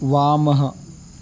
वामः